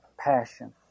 Passion